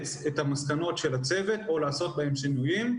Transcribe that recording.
לאמץ את המסקנות של הצוות או לעשות בהם שינויים,